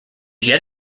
yet